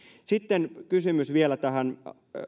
sitten kysymys vielä jos palataan vielä tähän